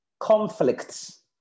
conflicts